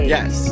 Yes